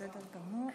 בסדר גמור.